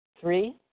Three